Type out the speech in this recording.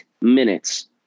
minutes